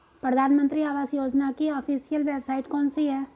प्रधानमंत्री आवास योजना की official website कौन सी है?